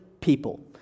people